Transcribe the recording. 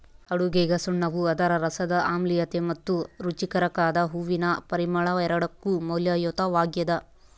ಅಡುಗೆಗಸುಣ್ಣವು ಅದರ ರಸದ ಆಮ್ಲೀಯತೆ ಮತ್ತು ರುಚಿಕಾರಕದ ಹೂವಿನ ಪರಿಮಳ ಎರಡಕ್ಕೂ ಮೌಲ್ಯಯುತವಾಗ್ಯದ